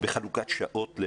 בחלוקת שעות?